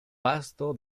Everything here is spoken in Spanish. pasto